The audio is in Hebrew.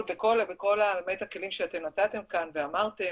בכל באמת הכלים שאתם נתתם כאן ואמרתם,